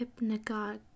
hypnagogic